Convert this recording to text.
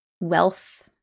wealth